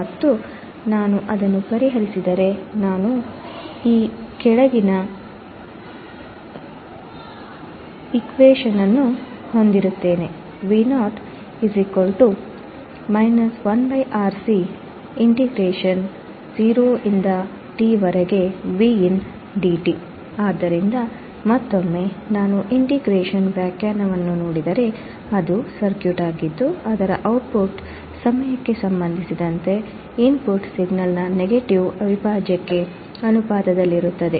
ಮತ್ತು ನಾನು ಅದನ್ನು ಪರಿಹರಿಸಿದರೆ ನಾನು ಹೊಂದಿದ್ದೇನೆ ಆದ್ದರಿಂದ ಮತ್ತೊಮ್ಮೆ ನಾನು ಇಂಟಿಗ್ರೇಟರ್ನ ವ್ಯಾಖ್ಯಾನವನ್ನು ನೋಡಿದರೆ ಅದು ಸರ್ಕ್ಯೂಟ್ ಆಗಿದ್ದು ಅದರ output ಸಮಯಕ್ಕೆ ಸಂಬಂಧಿಸಿದಂತೆ ಇನ್ಪುಟ್ ಸಿಗ್ನಲ್ನ negative ಅವಿಭಾಜ್ಯಕ್ಕೆ ಅನುಪಾತದಲ್ಲಿರುತ್ತದೆ